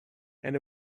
and